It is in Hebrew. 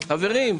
סליחה,